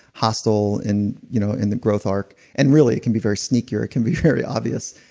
hostile in you know in the growth arc and really, it can be very sneaky or it can be very obvious.